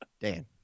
Dan